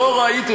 לא ראיתי,